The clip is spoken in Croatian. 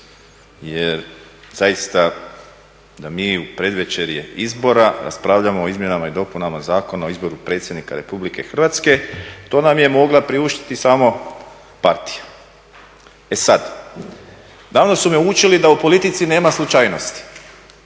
Jer zaista da mi i u predvečerje izbora raspravljamo o izmjenama i dopunama Zakona o izboru Predsjednika Republike Hrvatske to nam je mogla priuštiti samo partija. E sad, davno su me učili da u politici nema slučajnosti,